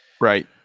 Right